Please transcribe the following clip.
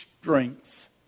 strength